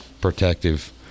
protective